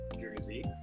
jersey